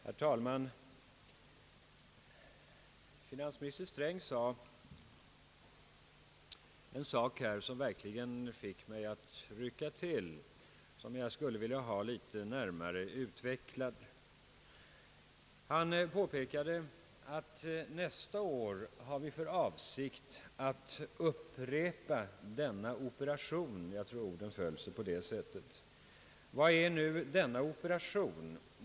Herr talman! Finansminister Sträng nämnde en sak, som verkligen fick mig att rycka till och som jag skulle vilja ha litet närmare utvecklad. Han påpekade att regeringen nästa år har för avsikt att »upprepa denna operation» — jag tror att orden föll så. Vad innebär nu »denna operation»?